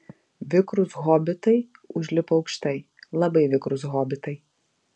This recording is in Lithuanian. vikrūs hobitai užlipo aukštai labai vikrūs hobitai